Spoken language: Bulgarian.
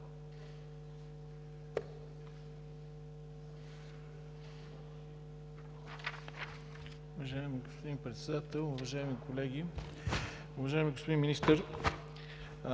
Уважаеми господин Председател, уважаеми колеги! Уважаеми господин Министър,